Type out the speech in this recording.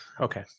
Okay